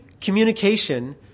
communication